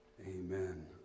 Amen